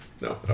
No